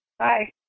Hi